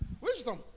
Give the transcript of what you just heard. wisdom